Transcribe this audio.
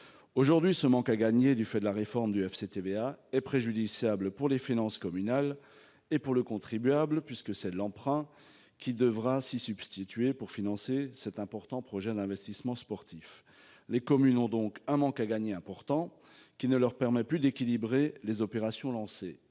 Aujourd'hui ce manque à gagner, du fait de la réforme du FCTVA est préjudiciable pour les finances communales et pour le contribuable puisque c'est de l'emprunt qui devra s'y substituer. Pour financer cet important projet d'investissement sportif. Les communes ont donc un manque à gagner important qui ne leur permet plus d'équilibrer les opérations lancées.